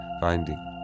Finding